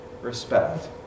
respect